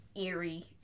eerie